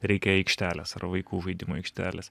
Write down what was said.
reikia aikštelės ar vaikų žaidimo aikštelės